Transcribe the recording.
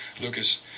Lucas